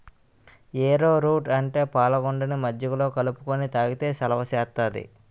ఏరో route అంటే పాలగుండని మజ్జిగలో కలుపుకొని తాగితే సలవ సేత్తాది